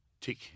Tick